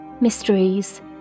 mysteries